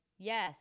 Yes